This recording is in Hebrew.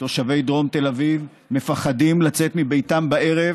תושבי דרום תל אביב מפחדים לצאת מביתם בערב,